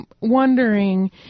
wondering